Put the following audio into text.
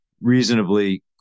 reasonably